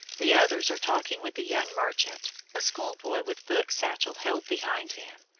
the others are talking with the young merchant a school-boy with book satchel held behind him,